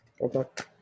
Okay